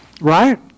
Right